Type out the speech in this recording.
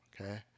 okay